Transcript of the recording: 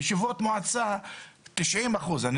בישיבות מועצה 90 אחוזים מהמועצות אני